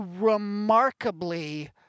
remarkably